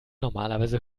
normalerweise